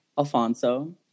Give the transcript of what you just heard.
alfonso